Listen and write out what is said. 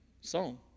song